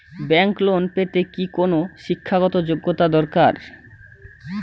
Bank loan পেতে কি কোনো শিক্ষা গত যোগ্য দরকার?